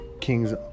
kings